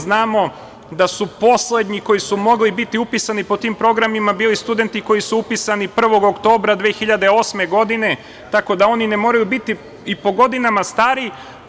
Znamo da su poslednji koji su mogli biti upisani po tim programima bili studenti koji su upisani 1. oktobra 2008. godine, tako da oni ne moraju biti i po godinama stari.